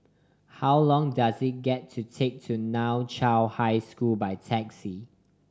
how long does it get to take to Nan Chiau High School by taxi